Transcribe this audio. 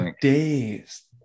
Days